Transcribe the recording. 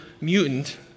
mutant